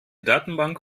datenbank